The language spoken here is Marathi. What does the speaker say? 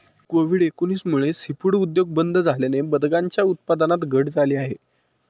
कोविड एकोणीस मुळे सीफूड उद्योग बंद झाल्याने बदकांच्या उत्पादनात घट झाली आहे